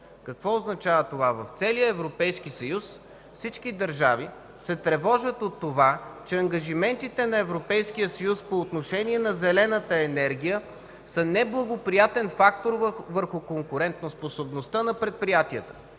Какво означава това? В целия Европейски съюз всички държави се тревожат, че ангажиментите на Съюза по отношение на зелената енергия са неблагоприятен фактор върху конкурентоспособността на предприятията.